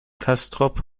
castrop